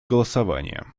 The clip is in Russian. голосования